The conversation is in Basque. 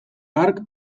hark